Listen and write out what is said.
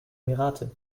emirate